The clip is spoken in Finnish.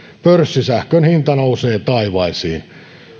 pörssisähkön hinta nousee taivaisiin